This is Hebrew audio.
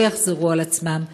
לא יחזרו על עצמם,